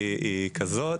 אחת, היא כזאת.